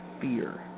fear